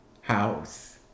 house